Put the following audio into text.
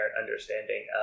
understanding